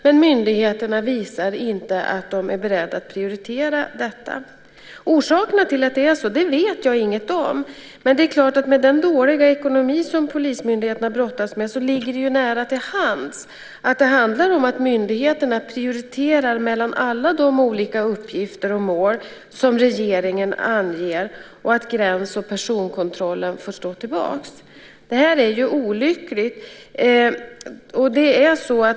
Men myndigheterna visar inte att de är beredda att prioritera detta. Jag vet inget om orsakerna till att det är så, men med den dåliga ekonomi som polismyndigheterna brottas med ligger det nära till hands att tro att det handlar om att myndigheterna prioriterar mellan alla de olika uppgifter och mål som regeringen anger och att gräns och personkontrollen får stå tillbaka. Det här är olyckligt.